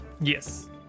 yes